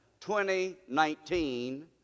2019